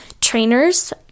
trainers